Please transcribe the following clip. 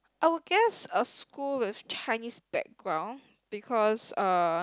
I would guess a school with Chinese background because uh